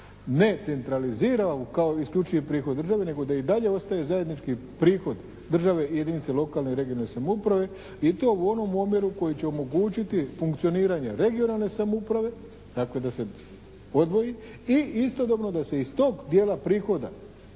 ne centralizira kao isključivi prihod države nego da i dalje ostaje zajednički prihod države i jedinice lokalne i regionalne samouprave i to u onom omjeru koji će omogućiti funkcioniranje regionalne samouprave. Dakle da se odvoji i istodobno da se iz tog dijela prihoda,